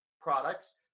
products